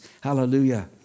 Hallelujah